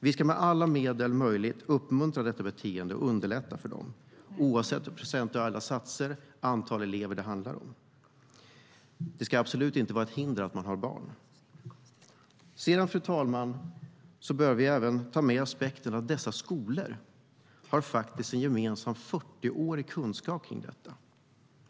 Vi ska med alla medel uppmuntra detta beteende och underlätta för dem, oavsett vilka procentsatser och antal elever det handlar om. Det ska absolut inte vara ett hinder att man har barn. Fru talman! Vi bör även ta med aspekten att dessa skolor har en gemensam 40-årig kunskap om detta.